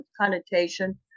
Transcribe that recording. connotation